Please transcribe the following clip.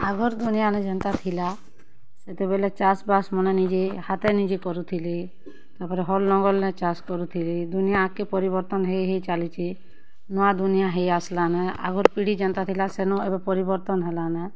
ଆଗର୍ ଦୁନିଆଁନେ ଯେନ୍ତା ଥିଲା ସେତେବେଲେ ଚାଷ୍ ବାସ୍ ମାନେ ନିଜେ ହାତେ ନିଜେ କରୁଥିଲେ ତା'ର୍ପରେ ହଲ୍ ନଙ୍ଗଲ୍ ନେ ଚାଷ୍ କରୁଥିଲେ ଦୁନିଆ ଆଗ୍କେ ପରିବର୍ତ୍ତନ୍ ହେଇ ହେଇ ଚାଲିଛେ ନୂଆ ଦୁନିଆ ହେଇ ଆସ୍ଲାନ ଆଗର୍ ପିଢ଼ି ଯେନ୍ତା ଥିଲା ସେନ ଏବେ ପରିବର୍ତ୍ତନ୍ ହେଲାନ